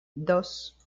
dos